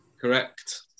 Correct